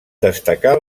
destacar